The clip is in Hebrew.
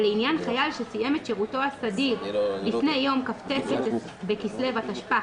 ולעניין חייל שסיים את שירותו הסדיר לפני יום כ"ט בכסלו התשפ"א,